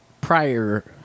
prior